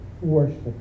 worship